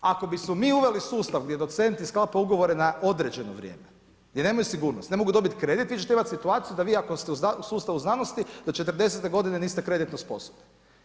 Ako bismo mu uveli sustav gdje docenti sklapaju ugovore na određeno vrijeme, gdje nemaju sigurnost, ne mogu dobiti kredit, vi ćete imati situaciju da vi ako ste u sustavu znanosti, do 40 g. niste kreditno sposobni.